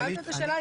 שאלת את השאלה,